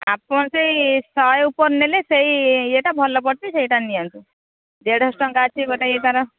ଆପଣ ସେଇ ଶହେ ଉପରେ ନେଲେ ସେଇ ଇଏଟା ଭଲ ପଡ଼ୁଛି ସେଇଟା ନିଅନ୍ତୁ ଦେଢ଼ଶହ ଟଙ୍କା ଅଛି ଗୋଟେ ତା'ର